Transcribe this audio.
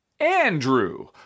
Andrew